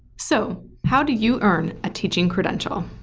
so, how do you earn a teaching credential?